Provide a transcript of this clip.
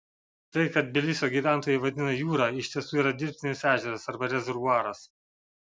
tai ką tbilisio gyventojai vadina jūra iš tiesų yra dirbtinis ežeras arba rezervuaras